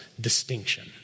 distinction